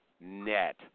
net